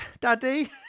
Daddy